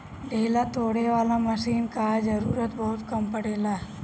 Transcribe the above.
ढेला तोड़े वाला मशीन कअ जरूरत बहुत कम पड़ेला